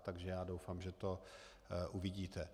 Takže doufám, že to uvidíte.